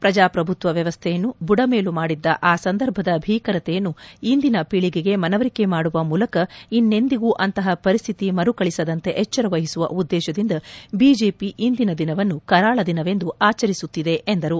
ಪ್ರಜಾಪ್ರಭುತ್ವ ವ್ಯವಸ್ದೆಯನ್ನು ಬುದಮೇಲು ಮಾಡಿದ್ದ ಆ ಸಂದರ್ಭದ ಭೀಕರತೆಯನ್ನು ಇಂದಿನ ಪೀಳಿಗೆಗೆ ಮನವರಿಕೆ ಮಾಡುವ ಮೂಲಕ ಇನ್ನೆಂದಿಗೂ ಅಂತೆಹ ಪರಿಸ್ಥಿತಿ ಮರುಕಳಿಸದಂತೆ ಎಚ್ಚರವಹಿಸುವ ಉದ್ದೇಶದಿಂದ ಬಿಜೆಪಿ ಇಂದಿನ ದಿನವನ್ನು ಕರಾಳ ದಿನವೆಂದು ಆಚರಿಸುತ್ತಿದೆ ಎಂದರು